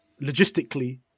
logistically